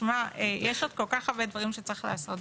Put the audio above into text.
תשמע, יש עוד כל כך הרבה דברים שצריך לעשות.